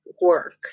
work